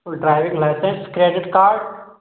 driving license credit card